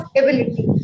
ability